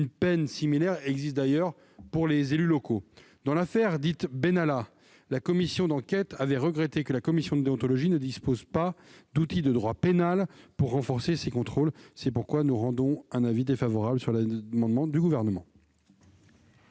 Une peine similaire existe d'ailleurs pour les élus locaux. Dans l'affaire dite « Benalla », la commission d'enquête avait regretté que la commission de déontologie ne dispose pas d'outils de droit pénal pour renforcer ses contrôles. Quel est l'avis du Gouvernement ? Défavorable. La parole est à Mme